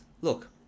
Look